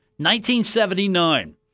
1979